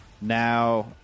Now